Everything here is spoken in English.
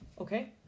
Okay